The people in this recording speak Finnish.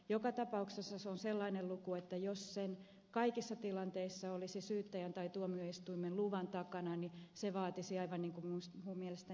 joka tapauksessa se on sellainen luku että jos se kaikissa tilanteissa olisi syyttäjän tai tuomioistuimen luvan takana niin se vaatisi aivan niin kuin minun mielestäni ed